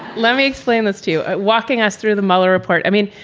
let me explain this to you. walking us through the mueller report, i mean,